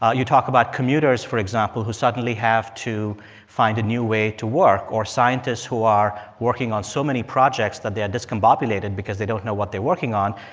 ah you talk about commuters, for example, who suddenly have to find a new way to work or scientists who are working on so many projects that they are discombobulated because they don't know what they're working on.